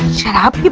shut up!